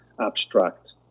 abstract